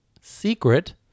secret